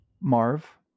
Marv